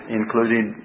including